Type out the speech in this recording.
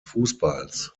fußballs